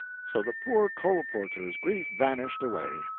so the poor colporteur's griefs vanished away.